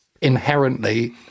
inherently